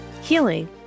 healing